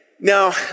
Now